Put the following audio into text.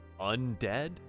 undead